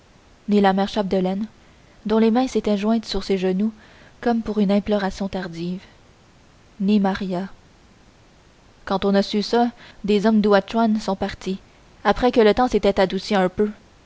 la mère chapdelaine dont les mains s'étaient jointes sur ses genoux comme pour une imploration tardive ni maria quand on a su ça des hommes d'ouatchouan sont partis après que le temps s'était adouci un peu